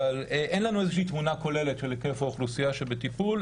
אבל אין לנו איזושהי תמונה כוללת של היקף האוכלוסייה שבטיפול,